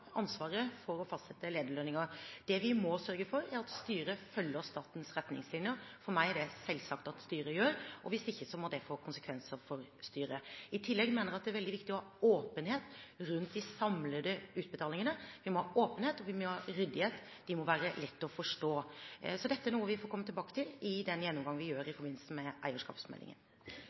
ansvaret for å fastsette lederlønninger. Det vi må sørge for, er at styret følger statens retningslinjer. For meg er det selvsagt at styret gjør det. Hvis ikke, må det få konsekvenser for styret. I tillegg mener jeg at det er veldig viktig å ha åpenhet rundt de samlede utbetalingene. Vi må ha åpenhet, og vi må ha ryddighet – de må være lette å forstå. Dette er noe vi får komme tilbake til i den gjennomgangen vi gjør i forbindelse med eierskapsmeldingen.